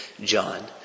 John